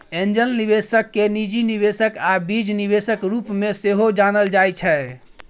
angel निबेशक केँ निजी निबेशक आ बीज निबेशक रुप मे सेहो जानल जाइ छै